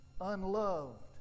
unloved